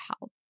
help